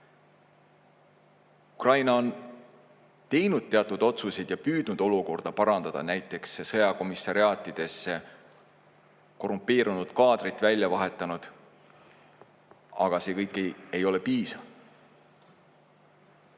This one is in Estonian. Ukraina on teinud teatud otsuseid ja püüdnud olukorda parandada, näiteks sõjakomissariaatides on korrumpeerunud kaadrit välja vahetanud, aga see kõik ei ole piisav.